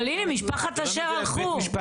אבל הנה, משפחת אשר הלכו,